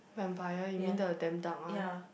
vampire you mean the damn dark one